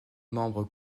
membres